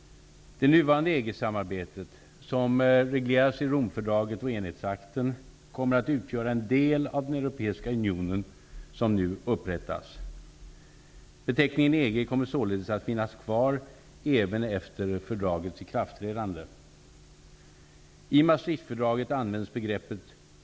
Romfördraget och enhetsakten, kommer att utgöra en del av den europeiska union som nu upprättas. Beteckningen EG kommer således att finnas kvar även efter fördragets ikraftträdande.